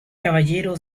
caballero